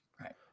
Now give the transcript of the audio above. Right